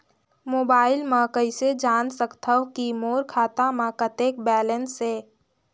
Mobile म कइसे जान सकथव कि मोर खाता म कतेक बैलेंस से?